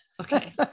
Okay